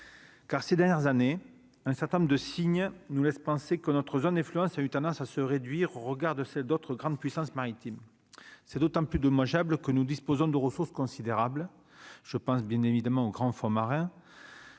car ces dernières années un certain nombre de signes nous laissent penser que notre zone et Florence a eu tendance à se réduire au regard de d'autres grandes puissances maritimes, c'est d'autant plus dommageable que nous disposons de ressources considérables, je pense bien évidemment aux grands fonds marins